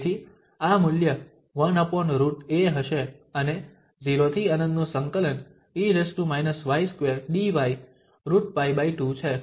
તેથી આ મૂલ્ય 1√a હશે અને 0∫∞ e−y2 dy √π2 છે